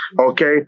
Okay